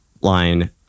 line